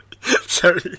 sorry